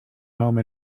home